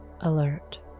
alert